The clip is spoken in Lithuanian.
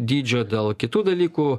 dydžio dėl kitų dalykų